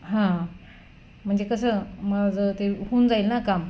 हां म्हणजे कसं माझं ते होऊन जाईल ना काम